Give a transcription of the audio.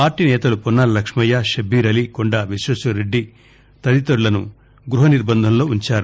party నేతలు పొన్నాల లక్ష్మయ్య షబ్బీర్ అలీ కొండా విశ్వేశ్వర్రెడ్డి తదితరులును గృహ నిర్బంధంలో ఉంచారు